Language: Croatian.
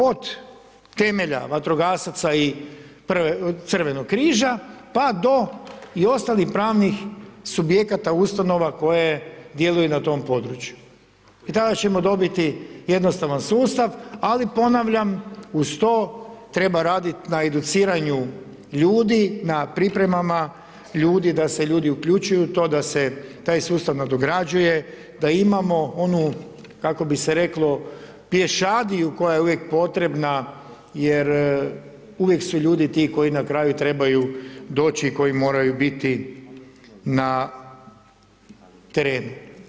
Od temelja vatrogasaca i crvenog križa pa do i ostalih pravnih subjekata, ustanova koje djeluju na tom području i tada ćemo dobiti jednostavan sustav, ali ponavljam uz to treba radit na educiranju ljudi, na priprema ljudi da se ljudi uključuju u to, da se taj sustav nadograđuje, da imamo onu kako bi se reklo pješadiju koja je uvijek potrebna, jer uvijek su ljudi ti koji na kraju trebaju doći, koji moraju biti na terenu.